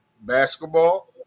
basketball